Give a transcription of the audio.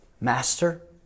Master